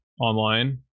online